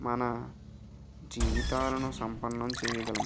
మన జీవితాలను సంపన్నం చేయగలం